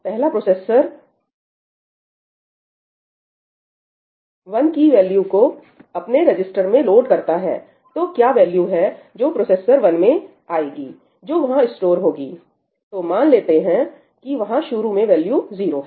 पहला प्रोसेसर 1 मान लो R1 की वैल्यू को अपने रजिस्टर में लोड करता है तो क्या वैल्यू है जो प्रोसेसर वन में आएगी जो वहां स्टोर होगी तो मान लेते हैं कि वहां शुरू में वैल्यू 0 है